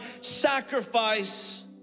sacrifice